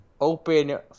open